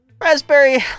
raspberry